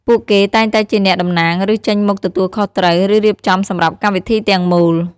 ពួកគេតែងតែជាអ្នកតំណាង ឬ ចេញមុខទទួលខុសត្រូវ និងរៀបចំសម្រាប់កម្មវិធីទាំងមូល។